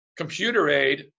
ComputerAid